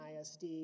ISD